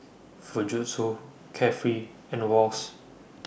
Fujitsu Carefree and Wall's